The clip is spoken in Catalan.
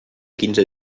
quinze